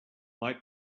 might